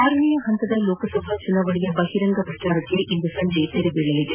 ಆರನೇ ಪಂತದ ಲೋಕಸಭಾ ಚುನಾವಣೆಯ ಬಹಿರಂಗ ಪ್ರಚಾರಕ್ಷೆ ಇಂದು ಸಂಜೆ ತೆರೆ ಬೀಳಲಿದೆ